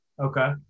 Okay